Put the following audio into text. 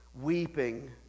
weeping